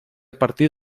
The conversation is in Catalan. partir